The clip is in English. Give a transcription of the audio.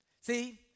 See